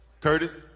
Curtis